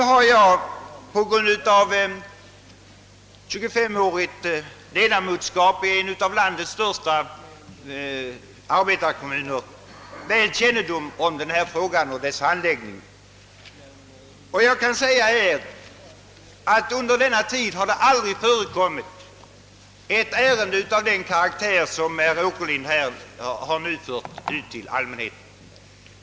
Efter ett 25-årigt ledamotskap i en av landets största arbetarkommuner känner jag väl till frågan om kollektivanslutningar och hur den handlägges. Under hela min tid har det aldrig förekommit ett ärende av den karaktär som herr Åkerlind nu fört fram till allmän diskussion.